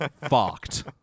fucked